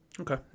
Okay